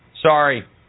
Sorry